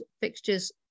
fixtures